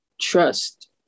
trust